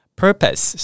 purpose